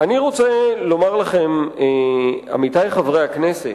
אני רוצה לומר לכם, עמיתי חברי הכנסת,